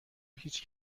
هیچ